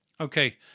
Okay